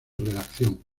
redacción